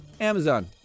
Amazon